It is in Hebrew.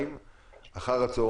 לקיים דיון נוסף היום אחר הצוהריים,